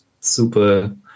super